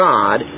God